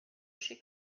she